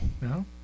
no